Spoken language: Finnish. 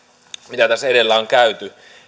mitä tässä edellä on käyty